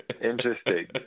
interesting